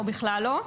או בכלל לא,